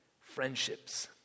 friendships